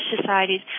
societies